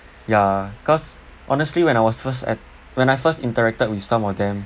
ya cause honestly when I was first at when I first interacted with some of them